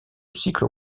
cyclo